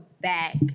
back